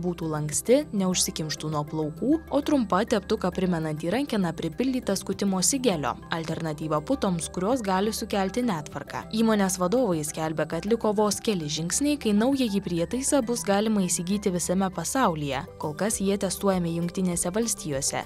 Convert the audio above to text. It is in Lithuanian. būtų lanksti neužsikimštų nuo plaukų o trumpa teptuką primenanti rankena pripildyta skutimosi gelio alternatyva putoms kurios gali sukelti netvarką įmonės vadovai skelbia kad liko vos keli žingsniai kai naująjį prietaisą bus galima įsigyti visame pasaulyje kol kas jie testuojami jungtinėse valstijose